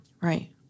Right